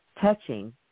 touching